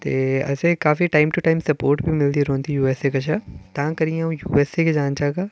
ते असें काफी टाइम टू टाइम स्पोट बी मिलदी रौंह्दी ऐ यू एस ए कशा तां करियै अ'ऊं यू एस ए गै जाना चाह्गा